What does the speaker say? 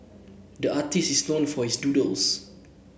the artist is known for his doodles